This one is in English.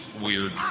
weird